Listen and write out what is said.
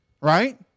right